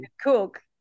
cook